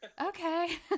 okay